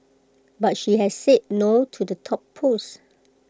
but she has said no to the top post